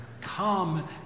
Come